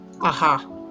Aha